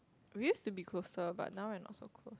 we used to be closer but now we're not so close